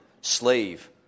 slave